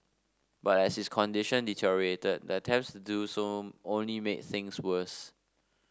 but as his condition deteriorated the attempts do so only made things worse